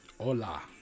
Hola